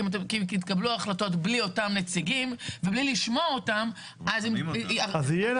כי אם יתקבלו החלטות בלי אותם נציגים ובלי לשמוע אותם אז את הטעות,